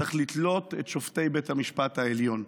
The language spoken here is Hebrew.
צריך לתלות את שופטי בית המשפט העליון,